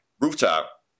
rooftop